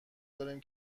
داریم